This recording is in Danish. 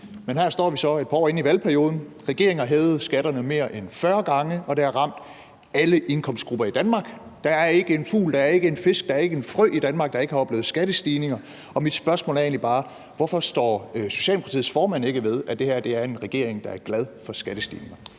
Men her står vi så et par år inde i valgperioden: Regeringen har hævet skatterne mere end 40 gange, og det har ramt alle indkomstgrupper i Danmark. Der er ikke en fugl, der er ikke en fisk, der er ikke en frø i Danmark, der ikke har oplevet skattestigninger, og mit spørgsmål er egentlig bare: Hvorfor står Socialdemokratiets formand ikke ved, at det her er en regering, der er glad for skattestigninger?